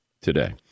today